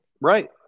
Right